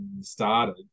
started